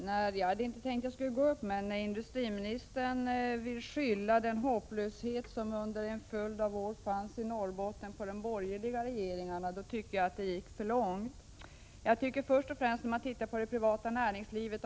Herr talman! Jag hade inte tänkt gå upp i denna debatt, men när industriministern ville skylla den hopplöshet som under en följd av år fanns i Norrbotten på de borgerliga regeringarna, tyckte jag att det gick för långt. Jag vill gå tillbaka till frågan om det privata näringslivet.